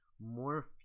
more